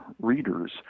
readers